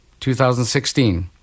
2016